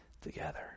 together